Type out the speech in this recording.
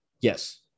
Yes